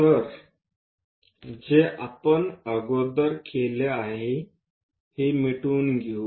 तर जे आपण अगोदर केले आहे हे मिटवून घेऊ